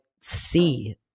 see